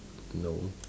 no